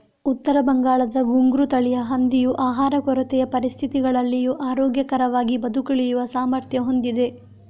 ಉತ್ತರ ಬಂಗಾಳದ ಘುಂಗ್ರು ತಳಿಯ ಹಂದಿಯು ಆಹಾರ ಕೊರತೆಯ ಪರಿಸ್ಥಿತಿಗಳಲ್ಲಿಯೂ ಆರೋಗ್ಯಕರವಾಗಿ ಬದುಕುಳಿಯುವ ಸಾಮರ್ಥ್ಯ ಹೊಂದಿದೆ